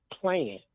plan